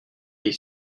est